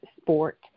sport